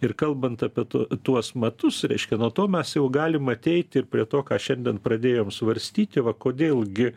ir kalbant apie tuo tuos matus reiškia nuo to mes jau galim ateiti ir prie to ką šiandien pradėjom svarstyti va kodėl gi